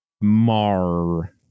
Mar